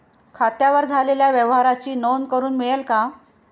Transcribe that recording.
खात्यावर झालेल्या व्यवहाराची नोंद करून मिळेल का?